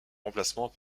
remplacement